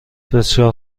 بسیار